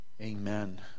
Amen